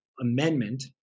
amendment